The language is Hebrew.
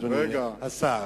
אדוני השר.